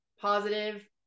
positive